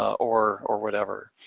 or or whatever.